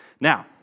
now